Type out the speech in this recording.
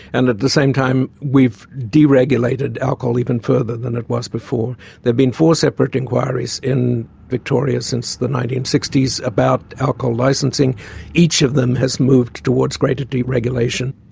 and at the same time we've deregulated alcohol even further than it was before. there've been four separate inquiries in victoria since the nineteen sixty s about alcohol licencing each of them has moved towards greater deregulation.